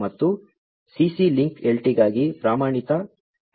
ಮತ್ತು CC link LT ಗಾಗಿ ಪ್ರಮಾಣಿತ 2